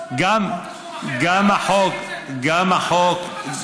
בתחום אחר, את זה?